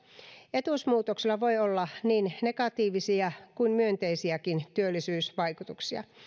etuusmuutoksella voi olla niin negatiivisia kuin myönteisiäkin työllisyysvaikutuksia